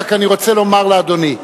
אני רק רוצה לומר לאדוני,